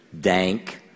Dank